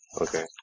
Okay